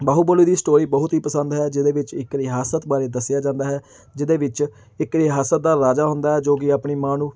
ਬਾਹੂਬਲੀ ਦੀ ਸਟੋਰੀ ਬਹੁਤ ਹੀ ਪਸੰਦ ਹੈ ਜਿਹਦੇ ਵਿੱਚ ਇੱਕ ਰਿਆਸਤ ਬਾਰੇ ਦੱਸਿਆ ਜਾਂਦਾ ਹੈ ਜਿਹਦੇ ਵਿੱਚ ਇੱਕ ਰਿਆਸਤ ਦਾ ਰਾਜਾ ਹੁੰਦਾ ਹੈ ਜੋ ਕਿ ਆਪਣੀ ਮਾਂ ਨੂੰ